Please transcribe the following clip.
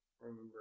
remember